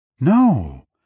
No